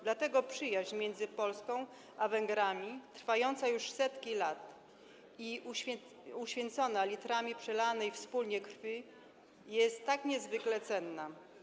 Dlatego przyjaźń między Polską a Węgrami, trwająca już setki lat i uświęcona litrami przelanej wspólnie krwi, jest tak niezwykle cenna.